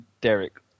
Derek